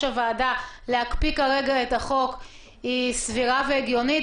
הוועדה להקפיא כרגע את החוק היא סבירה והגיונית,